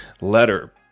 letter